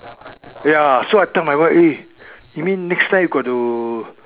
ya so I tell my wife eh you mean so next time you got to